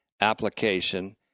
application